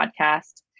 podcast